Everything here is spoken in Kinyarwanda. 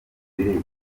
birego